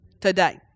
today